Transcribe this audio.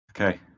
Okay